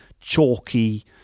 chalky